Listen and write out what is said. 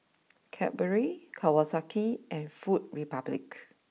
Cadbury Kawasaki and food Republic